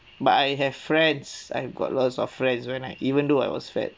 but I have friends I've got lots of friends when I even though I was fat